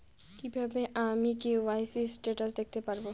কিভাবে আমি KYC status দেখতে পারবো?